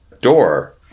door